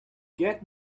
get